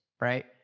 right